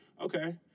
okay